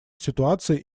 ситуации